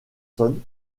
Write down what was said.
saône